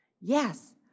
Yes